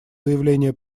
заявления